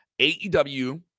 AEW